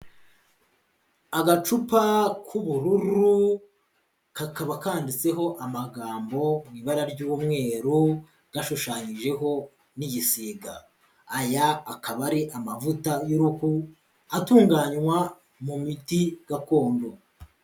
Agacupa k'ubururu kakaba kanditseho amagambo mu ibara ry'umweru gashushanyijeho n'igisiga, aya akaba ari amavuta y'uruhu atunganywa mu miti gakondo.